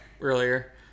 earlier